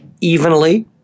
evenly